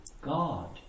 God